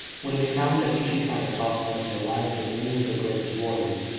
when they found that each encounter cost them the lives of many of their bravest warriors,